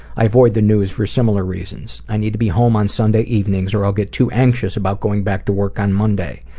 i avoid the news for similar reasons. i need to be home on sunday evenings or i will get too anxious about going back to work on monday.